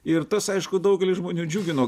ir tas aišku daugeliui žmonių džiugino